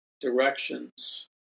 directions